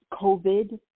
COVID